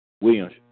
Williams